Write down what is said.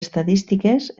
estadístiques